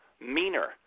meaner